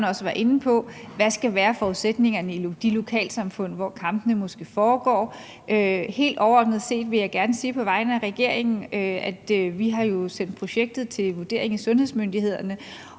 hvad forudsætningerne skal være i de lokalsamfund, hvor kampene måske skal foregå. Helt overordnet set vil jeg gerne på vegne af regeringen sige, at vi jo har sendt projektet til vurdering hos sundhedsmyndighederne,